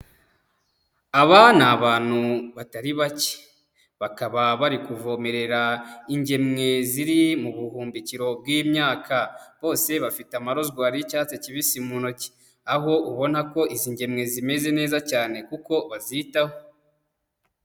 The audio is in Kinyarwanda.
Aba ni abantu batari bake. Bakaba bari kuvomerera ingemwe ziri mu buhumbikiro bw'imyaka. Bose bafite amarozwari y'icyatsi kibisi mu ntoki, aho ubona ko izi ngemwe zimeze neza cyane kuko bazitaho.